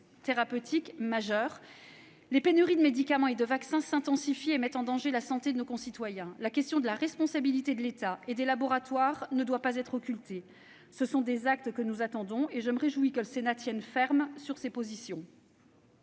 thérapeutique majeur. Les pénuries de médicaments et de vaccins s'intensifient et mettent en danger la santé de nos concitoyens. La question de la responsabilité de l'État et des laboratoires ne doit pas être occultée. Ce sont des actes que nous attendons, et je me réjouis que le Sénat tienne ferme ses positions.